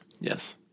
Yes